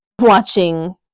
watching